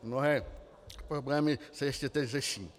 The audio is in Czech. Mnohé problémy se ještě teď řeší.